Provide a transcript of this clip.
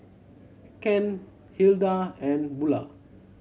Kent Hilda and Bulah